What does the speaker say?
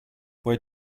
where